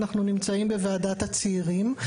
אנחנו נמצאים בוועדת הצעירים.